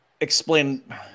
explain